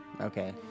Okay